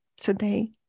today